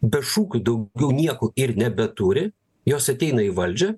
be šūkių daugiau nieko ir nebeturi jos ateina į valdžią